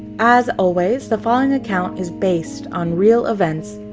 as always, the following account is based on real events.